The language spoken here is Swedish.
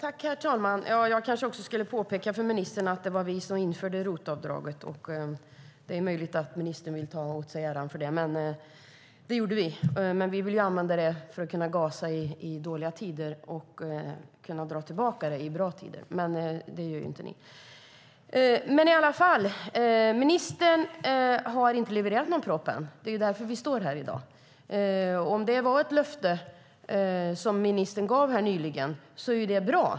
Herr talman! Jag kanske också skulle påpeka för ministern att det var vi som införde ROT-avdraget. Det är möjligt att ministern vill ta åt sig äran för det, men det var vi som gjorde det. Vi ville använda det för att gasa i dåliga tider men ville kunna dra tillbaka det i bra tider. Så gör dock inte ni. Ministern har inte levererat någon proposition än. Det är därför vi står här i dag. Om det var ett löfte ministern gav här nyligen är det bra.